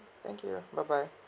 thank you bye bye